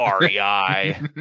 REI